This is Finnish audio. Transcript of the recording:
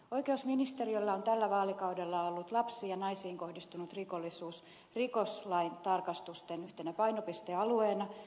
oikeusministeriöllä on tällä vaalikaudella ollut lapsiin ja naisiin kohdistunut rikollisuus rikoslain tarkastusten yhtenä painopistealueena